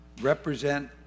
represent